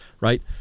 right